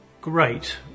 great